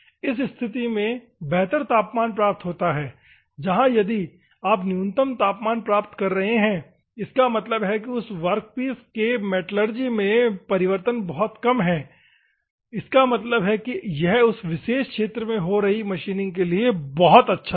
इस स्थिति में बेहतर तापमान प्राप्त होता है जहां यदि आप न्यूनतम तापमान प्राप्त कर रहे हैं इसका मतलब है कि उस वर्कपीस के मेटलर्जी में परिवर्तन बहुत कम हैं इसका मतलब है कि यह उस विशेष क्षेत्र में हो रही मशीनिंग के लिए यह बहुत अच्छा है